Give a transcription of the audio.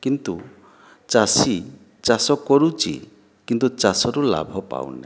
କିନ୍ତୁ ଚାଷୀ ଚାଷ କରୁଛି କିନ୍ତୁ ଚାଷରୁ ଲାଭ ପାଉନାହିଁ